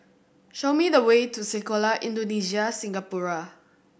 show me the way to Sekolah Indonesia Singapura